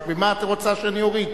ממה את רוצה שאני אוריד?